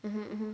mmhmm